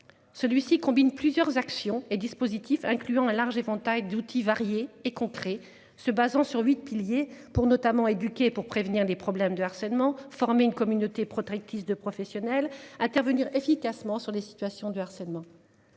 Celui-ci combine plusieurs actions et dispositifs incluant un large éventail d'outils variés et concret. Se basant sur 8 piliers pour notamment éduquer pour prévenir des problèmes de harcèlement former une communauté protectrice de professionnels intervenir efficacement sur les situations de harcèlement.